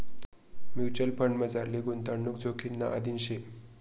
mutual फंडमझारली गुताडणूक जोखिमना अधीन शे